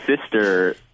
sister